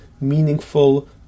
meaningful